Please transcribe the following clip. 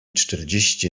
czterdzieści